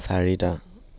চাৰিটা